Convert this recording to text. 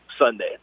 Sunday